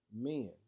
men